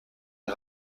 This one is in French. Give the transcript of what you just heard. est